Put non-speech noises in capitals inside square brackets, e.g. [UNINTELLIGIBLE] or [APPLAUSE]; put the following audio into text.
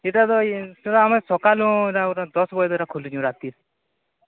ସେଇଟା ତ [UNINTELLIGIBLE] ସାର୍ ଆମେ ସକାଳୁ ଏଇଟା ପୁରା ଦଶ ବଜେ ତକ ଖୋଲୁଛୁ ରାତି